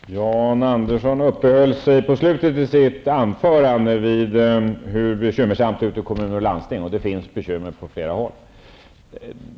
Herr talman! Jan Andersson uppehöll sig i slutet av sitt anförande vid hur bekymmersamt det är ute i kommuner och landsting, och det finns bekymmer på flera håll.